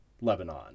lebanon